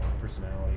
personality